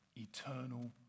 eternal